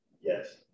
Yes